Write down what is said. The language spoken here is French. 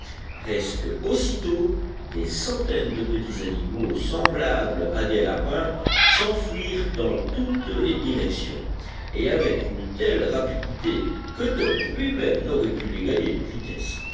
presque aussitôt des centaines de petits animaux semblables à des lapins s'enfuirent dans toutes les directions et avec une telle rapidité que top lui-même n'aurait pu les gagner de vitesse